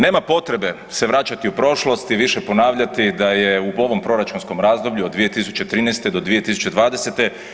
Nema potrebe se vraćati u prošlost i više ponavljati da je u ovom proračunskom razdoblju od 2013. do 2020.